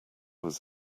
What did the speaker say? was